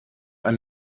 ein